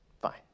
Fine